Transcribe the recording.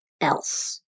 else